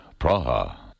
Praha